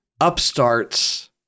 upstarts